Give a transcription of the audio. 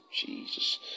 Jesus